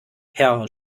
herr